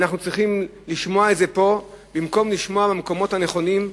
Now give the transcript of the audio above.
אנחנו צריכים לשמוע את זה פה במקום לשמוע במקומות הנכונים,